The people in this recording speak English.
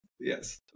Yes